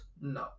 No